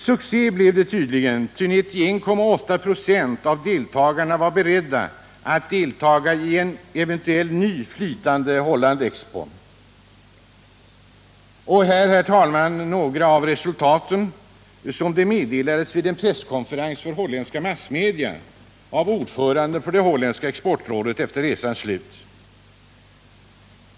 Succé blev det tydligen, ty 91,8 96 av deltagarna var beredda att delta i en eventuell ny flytande ”Holland Expo”. Här några av resultaten, som de meddelades vid en presskonferens för holländska massmedia av ordföranden för det holländska exportrådet efter resans slut.